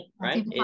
right